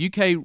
UK